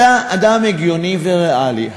אתה אדם הגיוני וריאלי.